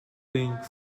pink